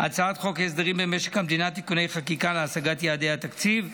את הצעת חוק הסדרים במשק המדינה (תיקוני חקיקה להשגת יעדי התקציב)